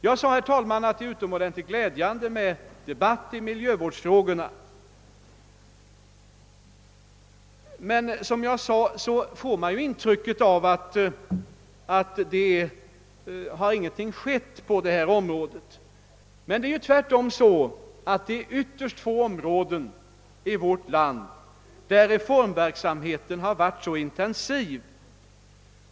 Jag sade, herr talman, att det är utomordentligt glädjande med debatten i miljövårdsfrågorna. Som jag sade får man intryck av att det inte skett någonting på detta område, men tvärtom har reformverksamheten på ytterst få områden varit så intensiv.